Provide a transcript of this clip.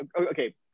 okay